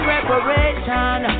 Reparation